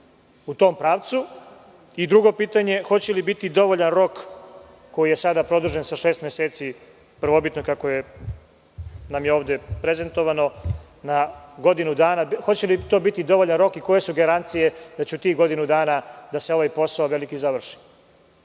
u tom pravcu? Drugo pitanje - hoće li biti dovoljan rok koji je sada produžen sa šest meseci prvobitno, kako je nam je ovde prezentovano, na godinu dana? Hoće li to biti dovoljan rok i koje su garancije da će u tih godinu dana da se ovaj veliki posao